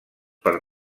per